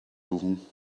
suchen